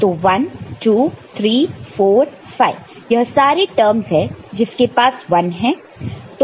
तो 1 2 3 4 5 यह सारे टर्म्स है जिसके पास 1 है